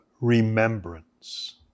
remembrance